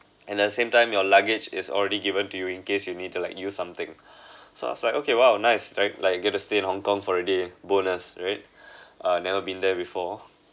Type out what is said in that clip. and the same time your luggage is already given to you in case you need to like use something so I was like okay !wow! nice right like get to stay in Hong -Kong for a day bonus right uh never been there before